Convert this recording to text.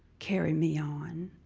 carry me on,